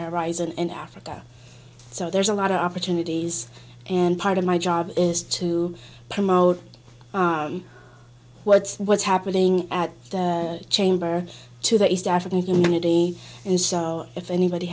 horizon in africa so there's a lot of opportunities and part of my job is to promote what's what's happening at the chamber to the east african unity and so if anybody